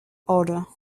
order